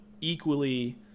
equally